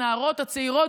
הנערות הצעירות,